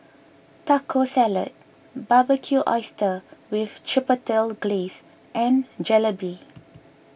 Taco Salad Barbecued Oysters with Chipotle Glaze and Jalebi